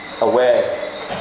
away